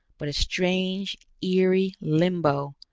but a strange eerie limbo,